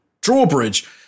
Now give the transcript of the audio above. Drawbridge